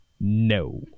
no